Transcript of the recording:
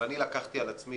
אבל אני לקחתי על עצמי,